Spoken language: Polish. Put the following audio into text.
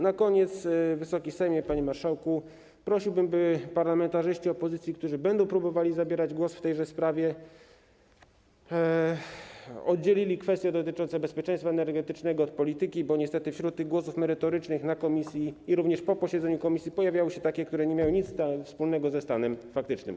Na koniec, Wysoki Sejmie, panie marszałku, prosiłbym, by parlamentarzyści opozycji, którzy będą próbowali zabierać głos w tejże sprawie, oddzielili kwestie dotyczące bezpieczeństwa energetycznego od polityki, bo niestety wśród tych głosów merytorycznych na posiedzeniu komisji, jak również po posiedzeniu komisji pojawiały się takie, które nie miały nic wspólnego ze stanem faktycznym.